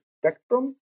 spectrum